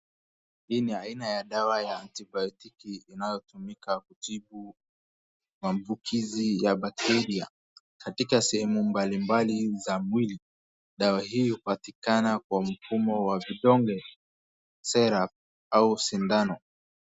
Hii ni aina ya dawa ya antibiotiki inayotumika kutibu maambukizi ya bacteria katika sehemu mbalimbali za mwili dawa hii hupatikana kwa mfumo wa vidonge , syrup au sindano.